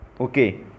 okay